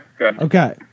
Okay